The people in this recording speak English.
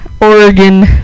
Oregon